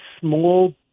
small